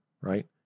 right